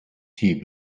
tnt